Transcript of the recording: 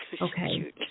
Okay